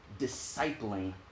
discipling